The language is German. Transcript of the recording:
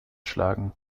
schlagen